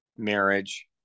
Marriage